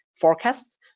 forecast